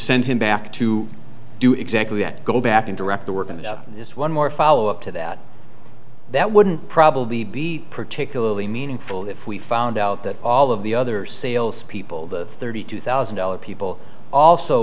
send him back to do exactly that go back and direct the work and just one more follow up to that that wouldn't probably be particularly meaningful if we found out that all of the other salespeople the thirty two thousand dollars people also